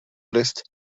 list